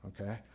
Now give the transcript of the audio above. okay